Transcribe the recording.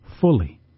fully